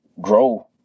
grow